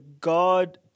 God